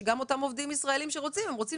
שגם אותם עובדים ישראלים שרוצים - הם רוצים